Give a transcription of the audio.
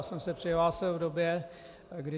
Já jsem se přihlásil v době, kdy...